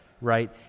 right